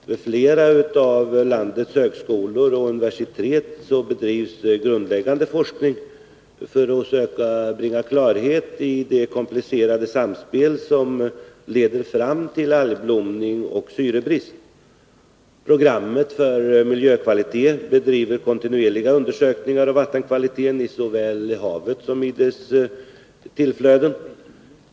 Vid flera av landets högskolor och universitet bedriver man grundläggande forskning för att söka bringa klarhet i det komplicerade samspel som leder fram till algblomning och syrebrist. Programmet för miljökvaliteten bedriver kontinuerlig undersökning av vattenkvaliteten i såväl havet som dess tillflöden.